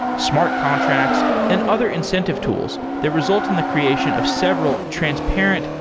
smart contracts and other incentive tools that result in the creation of several transparent,